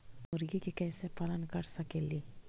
मुर्गि के कैसे पालन कर सकेली?